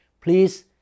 Please